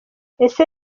ese